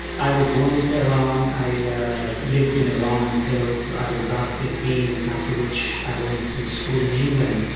i was born in tehran. i yeah lived in iran until i was about fifteen, after which i went to school in england,